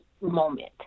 moment